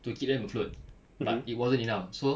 to keep them afloat but it wasn't enough so